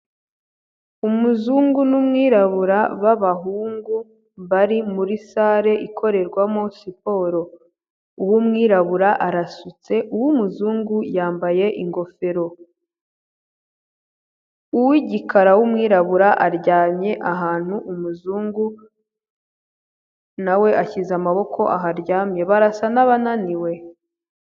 Umuzungu n'umwirabura b'abahungu bari muri sale ikorerwamo siporo, uw'umwirabura arasutse umuzungu yambaye ingofero, uw'igikara w'umwirabura aryamye ahantu umuzungu na we ashyize amaboko aho aryamye barasa n'abananiwe.